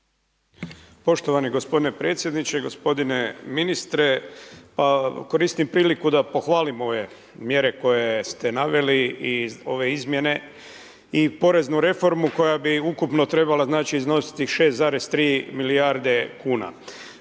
Poštovani gospodine predsjedniče, gospodine ministre, koristim priliku da pohvalim ove mjere koje ste naveli i porezne izmjene i poreznu reformu koja bi ukupno trebala iznositi 6,3 milijarde kn.